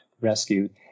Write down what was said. rescued